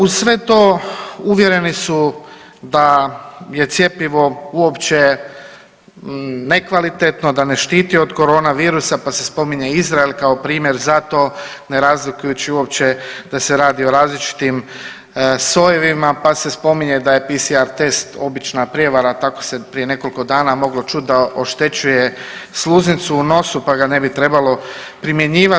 Uz sve to uvjereni su da je cjepivo uopće nekvalitetno, da ne štiti od korona virusa pa se spominje Izrael kao primjer za to ne razlikujući uopće da se radi o različitim sojevima, pa se spominje da je PCR test obična prijevara tako se prije nekoliko dana moglo čuti da oštećuje sluznicu u nosu pa ga ne bi trebalo primjenjivati.